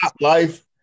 life